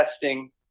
testing